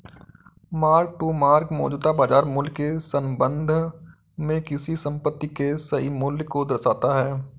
mark to market मौजूदा बाजार मूल्य के संबंध में किसी संपत्ति के सही मूल्य को दर्शाता है